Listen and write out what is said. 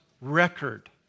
record